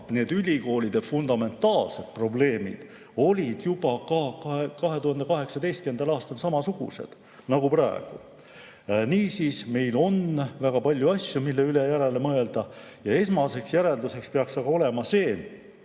Aga ülikoolide fundamentaalsed probleemid olid juba ka 2018. aastal samasugused nagu praegu. Niisiis, meil on väga palju asju, mille üle järele mõelda. Esmane järeldus peaks olema see,